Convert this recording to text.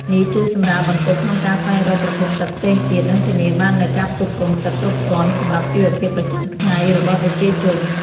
នេះជួយសម្រាលបន្ទុកក្នុងការស្វែងរកប្រភពទឹកផ្សេងទៀត និងធានាបាននូវការផ្គត់ផ្គង់ទឹកគ្រប់គ្រាន់សម្រាប់ជីវភាពប្រចាំថ្ងៃរបស់ប្រជាជន។